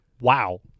Wow